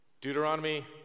Deuteronomy